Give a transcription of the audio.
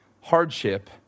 hardship